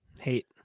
Hate